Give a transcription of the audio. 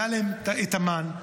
היה להם את המן,